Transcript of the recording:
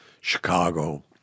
Chicago